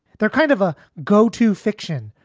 they're kind of a go to fiction.